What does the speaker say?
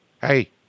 Hey